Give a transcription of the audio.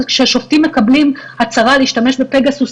זה כששופטים מקבלים הצהרה להשתמש בפגסוס,